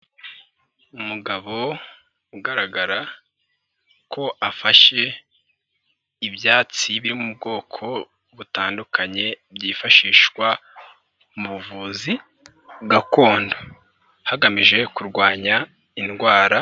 Umugabo ugaragara ko afashe ibyatsi biri mu bwoko butandukanye byifashishwa mu buvuzi gakondo hagamijwe kurwanya indwara.